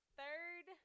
third